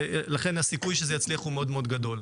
ולכן הסיכוי שזה יצליח הוא מאוד מאוד גדול.